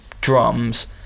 drums